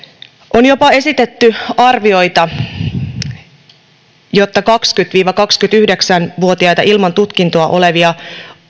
on jopa esitetty arvioita että kaksikymmentä viiva kaksikymmentäyhdeksän vuotiaita ilman tutkintoa olevia